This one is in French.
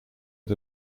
est